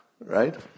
right